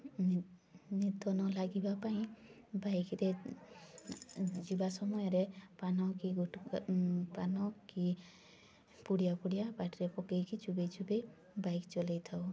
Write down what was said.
ନିଦ ନ ଲାଗିବା ପାଇଁ ବାଇକ୍ରେ ଯିବା ସମୟରେ ପାନ କି ପାନ କି ପୁଡ଼ିଆ ଫୁଡ଼ିଆ ପାଟିରେ ପକାଇକି ଚୋବାଇ ଚୋବାଇ ବାଇକ୍ ଚଲାଇ ଥାଉ